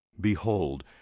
Behold